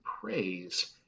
praise